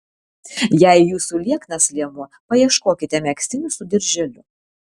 jei jūsų lieknas liemuo paieškokite megztinių su dirželiu